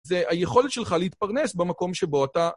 זה היכולת שלך להתפרנס במקום שבו אתה...